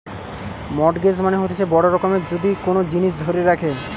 mortgage মানে হতিছে বড় রকমের যদি কোন জিনিস ধরে রাখে